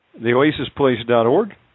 theoasisplace.org